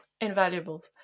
invaluable